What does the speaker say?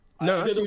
no